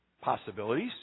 possibilities